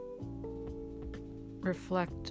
reflect